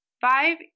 Five